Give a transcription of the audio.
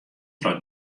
troch